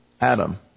Adam